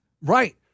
Right